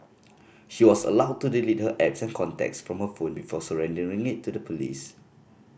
she was allowed to delete her apps and contacts from her phone before surrendering it to the police